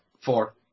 Four